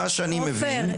עופר,